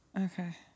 Okay